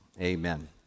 Amen